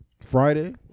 Friday